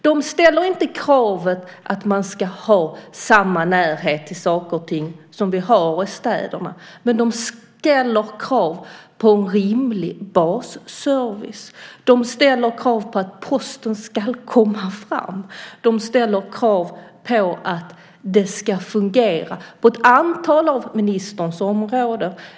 De ställer inte krav på att ha samma närhet till saker och ting som vi har i städerna. Däremot ställer de krav på en rimlig basservice. De ställer krav på att posten kommer fram och på att det fungerar på ett antal av ministerns områden.